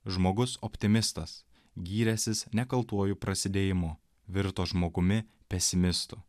žmogus optimistas gyręsis nekaltuoju prasidėjimu virto žmogumi pesimistu